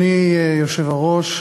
אדוני היושב-ראש,